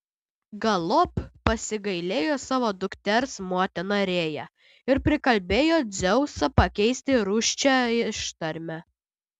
galop pasigailėjo savo dukters motina rėja ir prikalbėjo dzeusą pakeisti rūsčią ištarmę